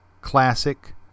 classic